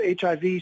HIV